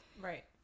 Right